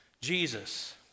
Jesus